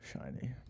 Shiny